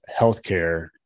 healthcare